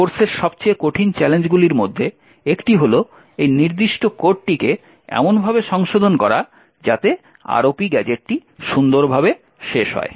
এই কোর্সের সবচেয়ে কঠিন চ্যালেঞ্জগুলির মধ্যে একটি হল এই নির্দিষ্ট কোডটিকে এমনভাবে সংশোধন করা যাতে ROP গ্যাজেটটি সুন্দরভাবে শেষ হয়